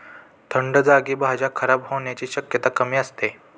थंड जागी भाज्या खराब होण्याची शक्यता कमी असते